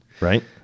Right